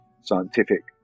scientific